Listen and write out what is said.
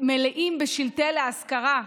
מלאים בשלטי "להשכרה",